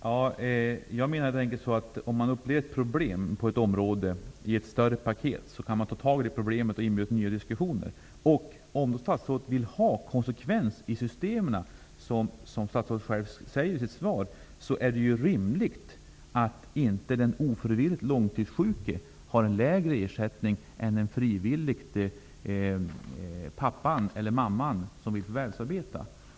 Herr talman! Jag menade helt enkelt att om man upplever ett problem på ett område som ingår i ett större sammanhang, kan man ta tag i det problemet och inbjuda till nya diskussioner. Om då statsrådet vill ha konsekvens i systemen, vilket statsrådet själv säger i sitt svar, är det ju rimligt att den ofrivilligt långtidssjuke inte har en lägre ersättning än pappan eller mamman som vill förvärvsarbeta.